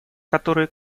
которые